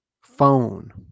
phone